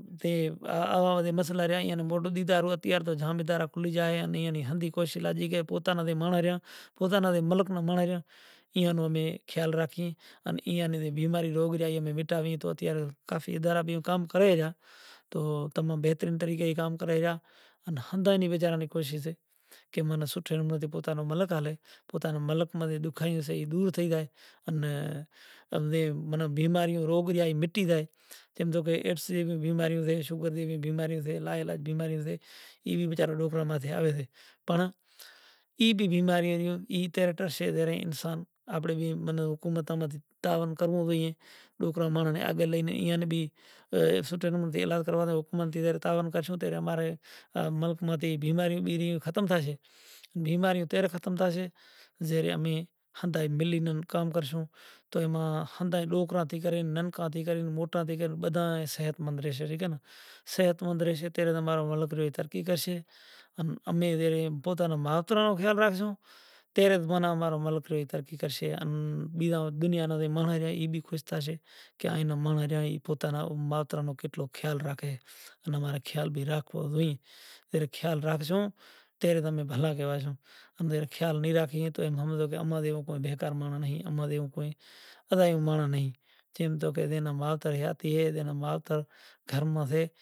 جے ناں ڈاڈھو ڈوکھ تھیو بدہو گام بھیڑو تھیو جے ناں انوسار تحقیقات تھی وڑے پولیس آوی ای پولیس تحقیقات کرے ترن چار سوکراں بیزاں نی باندھی لئی گئی تو پولیس کیدہو کہ پوچھ تاچھ کری آن پسے وڑے تمیں واپسی کرشاں تو پوچھ گاچھ ماں ایک سوکرو واپسی آلیو ترن سوکراں وچاراں نیں ایتلے قدر ماریا کہ زے تیں ای ناں اے ہمز میں آیو کہ ای ترن ئی مری زاشیں، آن زو ای وساراں نیں رات ناں لئی زائے رات نو کو اوطاق وغیرہ ہتی ای اوطاق تے ای وچاراں نوں ماریں، ای لگ بھگ آٹھ داہ دہاڑا ماریا پسے پولیس ناں ای تھیو کہ ای ٹھپ مری زاشیں پسے گاڈی ماں لاشے بہانو کریو کہ گاڈی واٹر ماں زائے کھری بہ ترناں نیں موت تھی گئی، تو ٹنگڑی وسارا ہتا ای کہیں کہ واٹر ماں کری ایئاں نیں موت نتھی تھی موت ایئاں نیں مارے تی تھی گئی تو کئی واتوں تھیوں لگ بھگ پانس چھ مہینا پوریو کیس نیں تحقیقات ہالی پنڑ کائیں بھی اماں ری قہم نو کوئی وجود نہ بنیو